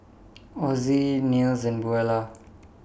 Ozie Nils and Buelah